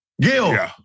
Gil